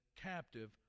captive